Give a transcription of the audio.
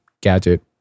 gadget